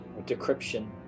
decryption